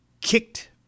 kicked